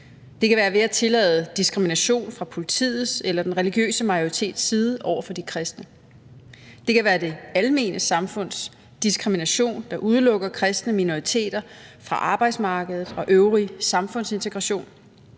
det kan være ved at tillade diskrimination fra politiets eller den religiøse majoritets side over for de kristne; det kan være det almene samfunds diskrimination, der udelukker kristne minoriteter fra arbejdsmarkedet og øvrig samfundsintegration;